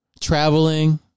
traveling